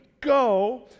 Go